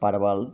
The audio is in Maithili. परवल